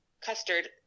custard